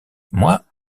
moi